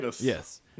Yes